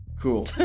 Cool